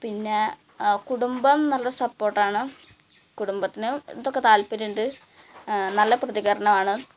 പിന്നെ കുടുംബം നല്ല സപ്പോർട്ട് ആണ് കുടുംബത്തിന് ഇതൊക്കെ താല്പ്പര്യമുണ്ട് നല്ല പ്രതികരണമാണ്